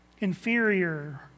inferior